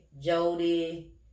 Jody